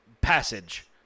passage